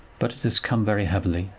but it has come very heavily.